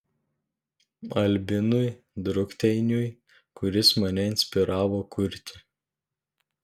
albinui drukteiniui kuris mane inspiravo kurti